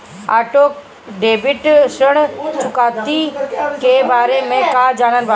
Auto debit ऋण चुकौती के बारे में कया जानत बानी?